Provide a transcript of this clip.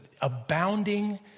abounding